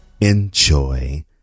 Enjoy